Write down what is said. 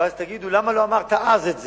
ואז תגידו: למה לא אמרת את זה אז?